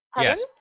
Yes